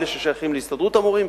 אלה ששייכים להסתדרות המורים,